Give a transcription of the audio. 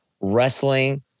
wrestling